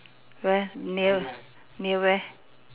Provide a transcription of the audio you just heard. where near near where